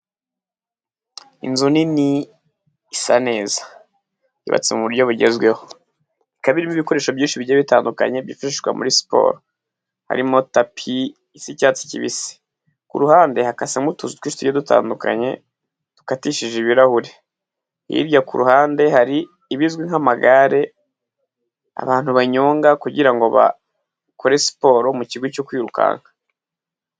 Inzu nini isa neza yubatse mu buryo bugezweho, ikaba irimo ibikoresho byinshi bigiye bitandukanye byifashishwa muri siporo harimo tapi isa icyatsi kibisi, ku ruhande hakasamo utuzu twimshi dutandukanye dukatishije ibirahuri, hirya kuruhande hari ibizwi nk'amagare abantu banyonga kugira ngo bakore siporo mu kigwi cyo kwirukanka.